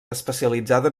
especialitzada